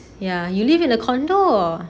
ya you live in a condo